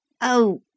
Oh